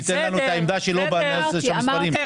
שייתן לנו את העמדה שלו בנושא של המספרים,